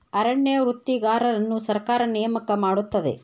ಅರಣ್ಯ ವೃತ್ತಿಗಾರರನ್ನು ಸರ್ಕಾರ ನೇಮಕ ಮಾಡುತ್ತದೆ